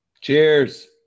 cheers